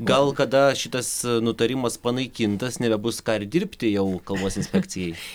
gal kada šitas nutarimas panaikintas nebebus ką ir dirbti jau kalbos inspekcijai